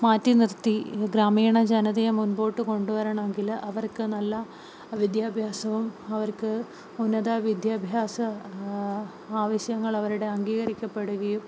മാറ്റിനിർത്തി ഗ്രാമീണ ജനതയ മുന്നോട്ട് കൊണ്ടുവരണമങ്കില് അവർക്ക് നല്ല വിദ്യാഭ്യാസവും അവർക്ക് ഉന്നത വിദ്യാഭ്യാസ ആവശ്യങ്ങൾ അവരുടേത് അംഗീകരിക്കപ്പെടുകയും